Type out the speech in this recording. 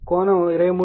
15 కోణం 23